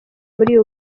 muri